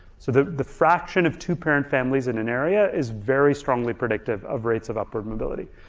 so the the fraction of two-parent families in an area is very strongly predictive of rates of upward mobility.